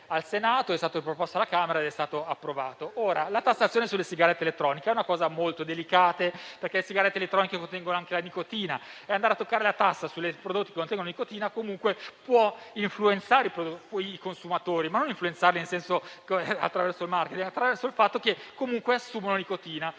al Senato, ma è stato proposto alla Camera ed è stato approvato. Ora, la tassazione sulle sigarette elettroniche è una questione molto delicata, perché le sigarette elettroniche contengono anche la nicotina; andare a toccare la tassa sui prodotti che contengono nicotina può influenzare i consumatori, ma non attraverso il *marketing*, bensì attraverso il fatto che comunque assumono nicotina.